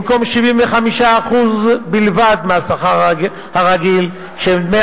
במקום 75% בלבד מהשכר הרגיל של דמי